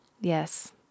yes